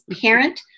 parent